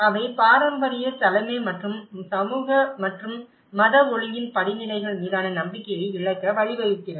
அவை பாரம்பரிய தலைமை மற்றும் சமூக மற்றும் மத ஒழுங்கின் படிநிலைகள் மீதான நம்பிக்கையை இழக்க வழிவகுக்கிறது